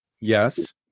Yes